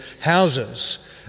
houses